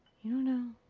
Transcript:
you don't know.